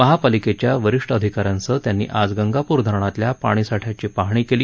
महापालिकेच्या वरिष्ठ अधिकाऱ्यांसह त्यांनी आज गंगाप्र धरणातल्या पाणी साठ्याची पाहणी केली